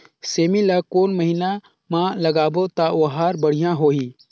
सेमी ला कोन महीना मा लगाबो ता ओहार बढ़िया होही?